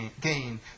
gain